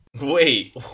Wait